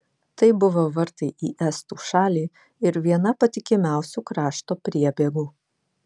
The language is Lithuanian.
tai buvo vartai į estų šalį ir viena patikimiausių krašto priebėgų